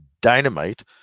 dynamite